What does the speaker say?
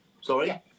Sorry